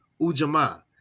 Ujamaa